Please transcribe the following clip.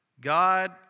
God